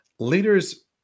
Leaders